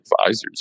advisors